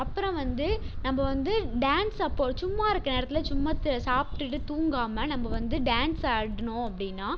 அப்புறம் வந்து நம்ம வந்து டான்ஸ் அப்போ சும்மா இருக்கற நேரத்தில் சும்மா த சாப்பிட்டுட்டு தூங்காமல் நம்ம வந்து டான்ஸ் ஆடினோம் அப்படின்னா